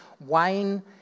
Wayne